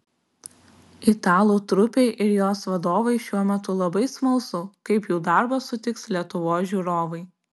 italų trupei ir jos vadovui šiuo metu labai smalsu kaip jų darbą sutiks lietuvos žiūrovai